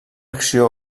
acció